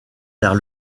vers